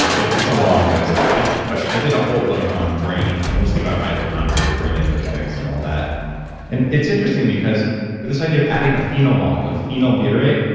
it's it's a long list. i did but i did a whole book on brain, mostly about mitochondria, but brain energetics and all that and it's interesting because this idea of adding a phenyl molecule, phenyl butyric,